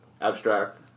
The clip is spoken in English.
abstract